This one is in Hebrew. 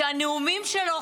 והנאומים שלו,